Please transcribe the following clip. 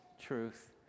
truth